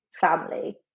family